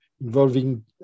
involving